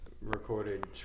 recorded